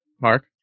Mark